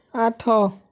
ଆଠ